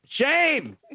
Shame